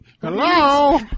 hello